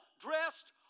dressed